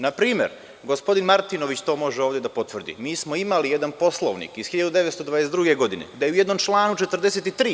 Naprimer, gospodin Martinović to može ovde da potvrdi, mi smo imali jedan Poslovnik iz 1922. godine gde u jednom članu 43.